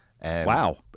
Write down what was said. Wow